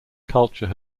culture